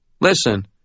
Listen